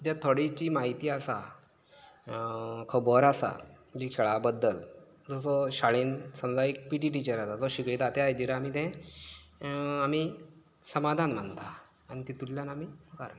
ज्या थोडी जी म्हायती आसा खबर आसा जी खेळा बद्दल जसो शाळेंत सगळ्याक पी टी टिचर आसा जो शिकयता त्या हेजेर आमी तें आमी समाधान मानता आनी तितूंतल्यान आमी मुखार वता